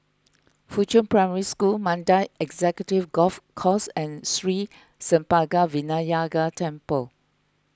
Fuchun Primary School Mandai Executive Golf Course and Sri Senpaga Vinayagar Temple